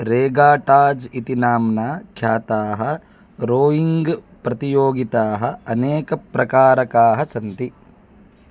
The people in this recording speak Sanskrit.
रेगाटाज् इति नाम्ना ख्याताः रोयिङ्ग् प्रतियोगिताः अनेकप्रकारकाः सन्ति